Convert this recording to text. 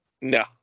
No